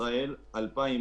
700